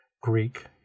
Greek